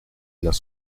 las